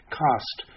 cost